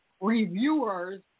reviewers